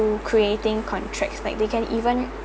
to creating contracts like they can even